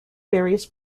various